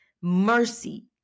mercy